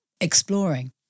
exploring